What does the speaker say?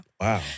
Wow